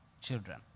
children